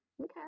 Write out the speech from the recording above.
Okay